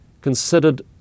considered